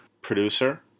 producer